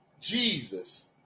Jesus